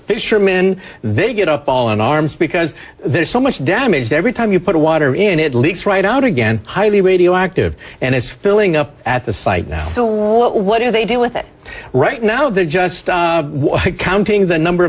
fishermen they get up all in arms because there's so much damage every time you put water in it leaks right out again highly radioactive and is filling up at the site so what do they do with it right now they're just counting the number